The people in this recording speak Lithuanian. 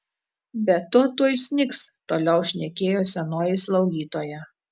be to tuoj snigs toliau šnekėjo senoji slaugytoja